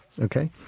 Okay